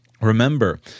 remember